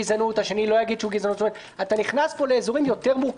ואני לא מבינה - אולי אני טועה?